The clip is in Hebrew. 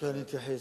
אתייחס.